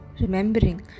remembering